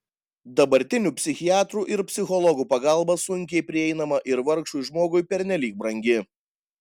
dabartinių psichiatrų ir psichologų pagalba sunkiai prieinama ir vargšui žmogui pernelyg brangi